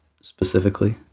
specifically